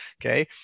okay